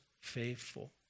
faithful